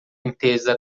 intesa